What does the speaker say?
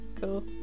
Cool